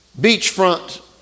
beachfront